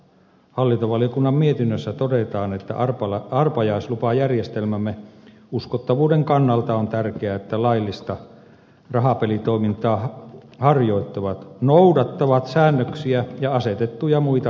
hallintovaliokunnan mietinnössä todetaan että arpajaislupajärjestelmämme uskottavuuden kannalta on tärkeää että laillista rahapelitoimintaa harjoittavat noudattavat säännöksiä ja asetettuja muita velvoitteita